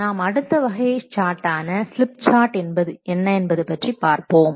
நாம் அடுத்த வகை சார்ட்டான ஸ்லிப் சார்ட் என்ன என்பது பற்றி பார்ப்போம்